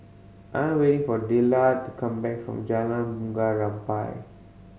I'm waiting for Dillard to come back from Jalan Bunga Rampai